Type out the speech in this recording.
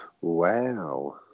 Wow